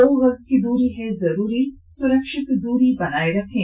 दो गज की दूरी है जरूरी सुरक्षित दूरी बनाए रखें